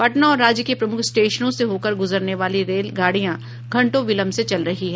पटना और राज्य के प्रमुख स्टेशनों से होकर गुजरने वाली रेल गाड़ियाँ घंटों विलंब से चल रही है